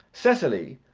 cecily,